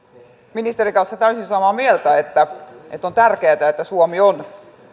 ministerin kanssa täysin samaa mieltä että on tärkeätä että suomi on